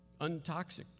untoxic